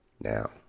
Now